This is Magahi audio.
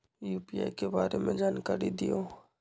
यू.पी.आई के बारे में जानकारी दियौ?